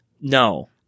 No